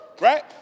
Right